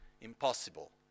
impossible